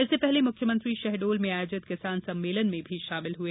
इससे पहले मुख्यमंत्री शहडोल में आयोजित किसान सम्मेलन में भी शामिल हुए